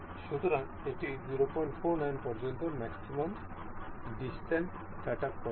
সুতরাং এটি 049 পর্যন্ত ম্যাক্সিমাম ডিসটেন্স সেটআপ করেছে